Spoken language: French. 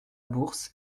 bourse